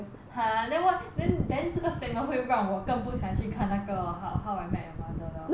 !huh! then then then 这个 statement 会让我更不想去看那个 how how I met your mother well